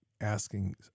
asking